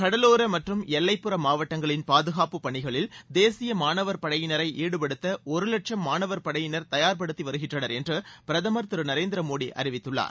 கடலோர மற்றும் எல்லைப்புற மாவட்டங்களின் பாதுகாப்பு பணிகளில் தேசிய மாணவர் படையினரை ஈடுபடுத்த ஒரு லட்சம் மாணவர் படையினர் தயார் படுத்தி வருகின்றனர் என்று பிரதமர் திரு நரேந்திர மோடி அறிவித்துள்ளார்